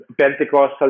Pentecostal